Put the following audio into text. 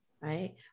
Right